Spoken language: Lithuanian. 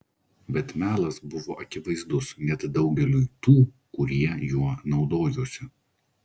bet melas buvo akivaizdus net daugeliui tų kurie juo naudojosi